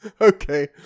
okay